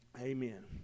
amen